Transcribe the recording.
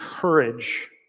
courage